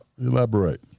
Elaborate